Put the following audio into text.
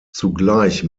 zugleich